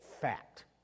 fact